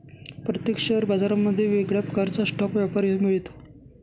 प्रत्येक शेअर बाजारांमध्ये वेगळ्या प्रकारचा स्टॉक व्यापारी मिळतो